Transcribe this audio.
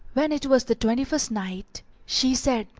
when it was the twenty-first night, she said,